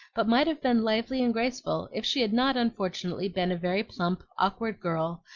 but might have been lively and graceful if she had not unfortunately been a very plump, awkward girl,